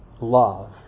love